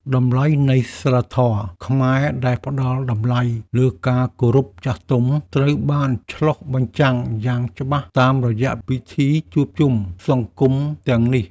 តម្លៃនៃសីលធម៌ខ្មែរដែលផ្តល់តម្លៃលើការគោរពចាស់ទុំ ត្រូវបានឆ្លុះបញ្ចាំងយ៉ាងច្បាស់តាមរយៈពិធីជួបជុំសង្គមទាំងនេះ។